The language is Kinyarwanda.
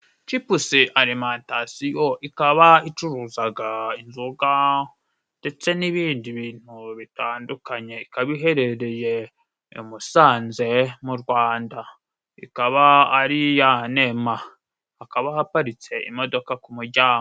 Cipusi arimantasiyo ikaba icuruzaga inzoga ndetse n'ibindi bintu bitandukanye. Ikaba iherereye i Musanze mu Rwanda. Ikaba ari iya Nema, hakaba haparitse imodoka ku muryango.